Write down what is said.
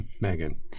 megan